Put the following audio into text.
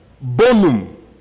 bonum